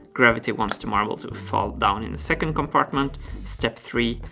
gravity wants to marble to fall down in the second compartment step three,